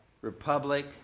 republic